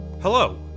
Hello